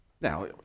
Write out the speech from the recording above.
Now